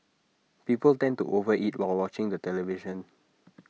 people tend to over eat while watching the television